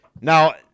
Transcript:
Now